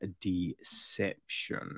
deception